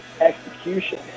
execution